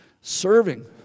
Serving